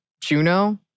Juno